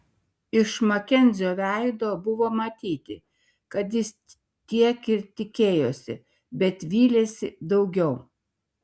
iš makenzio veido buvo matyti kad jis tiek ir tikėjosi bet vylėsi daugiau